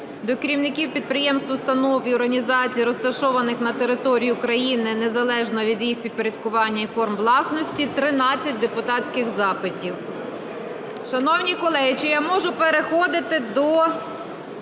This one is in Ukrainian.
до керівників підприємств, установ і організацій розташованих на території України, незалежно від її підпорядкування і форм власності – 13 депутатських запитів. Шановні колеги, чи я можу переходити до